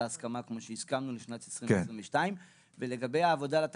הסכמנו לגבי שנת 2022. לגבי העבודה על התקנות,